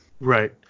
Right